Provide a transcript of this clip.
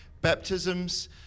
baptisms